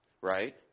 right